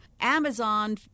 Amazon